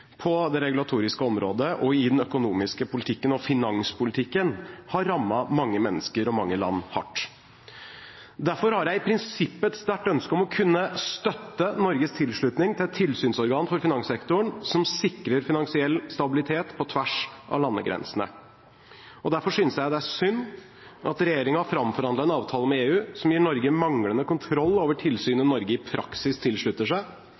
på det regulatoriske området, i den økonomiske politikken og i finanspolitikken, har rammet mange mennesker og mange land hardt. Derfor har jeg i prinsippet et sterkt ønske om å kunne støtte Norges tilslutning til et tilsynsorgan for finanssektoren som sikrer finansiell stabilitet på tvers av landegrensene. Derfor synes jeg det er synd at regjeringen har framforhandlet en avtale med EU som gir Norge manglende kontroll over tilsynet Norge i praksis tilslutter seg,